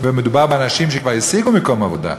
ומדובר באנשים שכבר השיגו מקום עבודה.